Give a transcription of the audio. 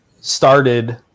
started